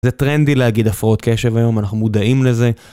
זה טרנדי להגיד הפרעות קשב היום, אנחנו מודעים לזה.